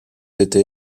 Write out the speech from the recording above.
été